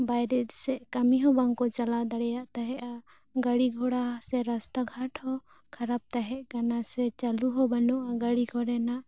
ᱵᱟᱭᱨᱮ ᱥᱮᱫ ᱠᱟᱹᱢᱤ ᱦᱚᱸ ᱵᱟᱝᱠᱚ ᱪᱟᱞᱟᱣ ᱫᱟᱲᱮᱭᱟ ᱛᱟᱦᱮᱸᱜᱼᱟ ᱜᱟ ᱲᱤ ᱜᱷᱚᱲᱟ ᱥᱮ ᱨᱟᱥᱛᱟ ᱜᱷᱟᱴ ᱦᱚ ᱠᱷᱟᱨᱟᱯ ᱛᱟᱦᱮ ᱠᱟᱱᱟ ᱥᱮ ᱪᱟ ᱞᱩ ᱦᱚ ᱵᱟᱱᱩᱜᱼᱟ ᱜᱟᱹᱰᱤ ᱠᱚᱨᱮᱱᱟ